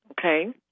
Okay